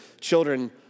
children